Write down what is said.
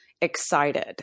excited